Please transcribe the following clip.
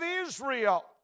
Israel